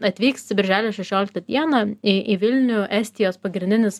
atvyks birželio šešioliktą dieną į į vilnių estijos pagrindinis